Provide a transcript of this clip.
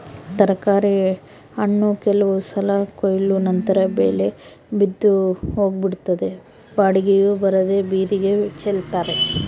ತರಕಾರಿ ಹಣ್ಣು ಕೆಲವು ಸಲ ಕೊಯ್ಲು ನಂತರ ಬೆಲೆ ಬಿದ್ದು ಹೋಗಿಬಿಡುತ್ತದೆ ಬಾಡಿಗೆಯೂ ಬರದೇ ಬೀದಿಗೆ ಚೆಲ್ತಾರೆ